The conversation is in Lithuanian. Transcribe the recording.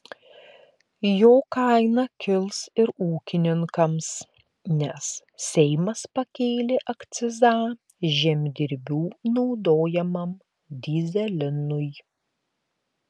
jo kaina kils ir ūkininkams nes seimas pakėlė akcizą žemdirbių naudojamam dyzelinui